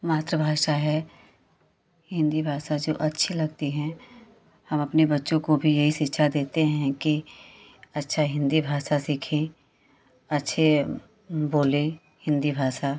मात्रभाषा है हिन्दी भासा जो अच्छी लगती हैं हम अपने बच्चों को भी यही शिक्षा देते हैं कि अच्छा हिन्दी भाषा सीखें अच्छे बोलें हिन्दी भाषा